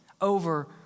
over